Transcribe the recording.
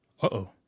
Uh-oh